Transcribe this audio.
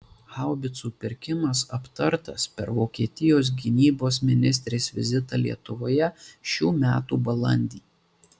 haubicų pirkimas aptartas per vokietijos gynybos ministrės vizitą lietuvoje šių metų balandį